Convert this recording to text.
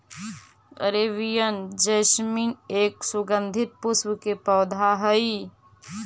Arabian jasmine एक सुगंधित पुष्प के पौधा हई